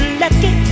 lucky